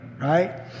right